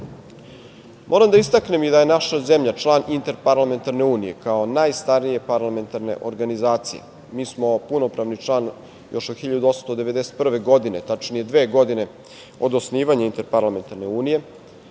da istaknem i da je naša zemlja, član Interparlamentarne unije, kao najstarije parlamentarne organizacije. Mi smo punopravni član još od 1891. godine, tačnije dve godine od osnivanja Interparlamentarne unije,